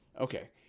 Okay